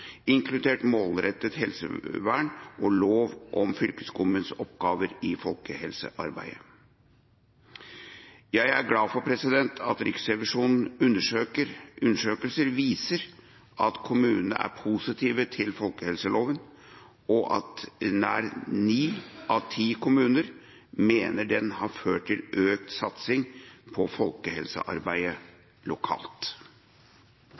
inkludert målrettet helsevern og lov om fylkeskommunens oppgaver i folkehelsearbeidet. Jeg er glad for at Riksrevisjonens undersøkelse viser at kommunene er positive til folkehelseloven, og at nær ni av ti kommuner mener den har ført til økt satsing på